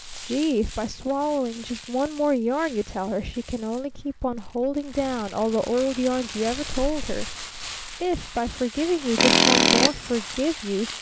gee! if by swallowing just one more yarn you tell her, she can only keep on holding down all the old yarns you ever told her if, by forgiving you just one more forgive-you,